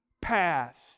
past